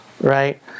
right